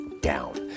down